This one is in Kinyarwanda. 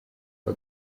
kwa